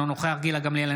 אינו נוכח גילה גמליאל,